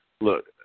look